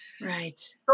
Right